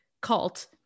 cult